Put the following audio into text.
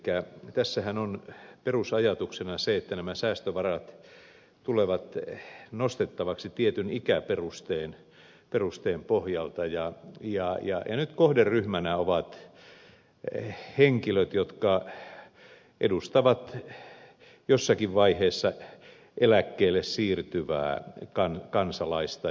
elikkä tässähän on perusajatuksena se että nämä säästövarat tulevat nostettavaksi tietyn ikäperusteen pohjalta ja nyt kohderyhmänä ovat henkilöt jotka edustavat jossakin vaiheessa eläkkeelle siirtyvää kansalaista